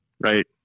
right